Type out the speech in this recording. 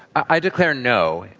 i declare no.